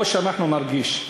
או שאנחנו נרגיש,